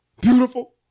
Beautiful